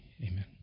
Amen